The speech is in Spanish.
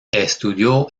estudió